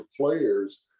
players